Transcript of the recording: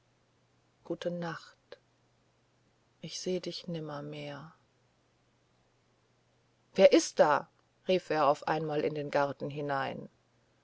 gute nacht seh dich nimmermehr wer ist da rief er auf einmal in den garten hinein